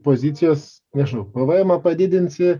pozicijos nežinai pvmą padidinsi